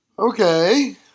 Okay